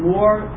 more